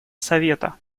совета